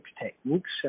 techniques